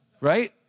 Right